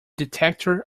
detector